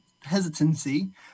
Hesitancy